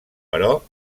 però